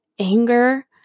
Anger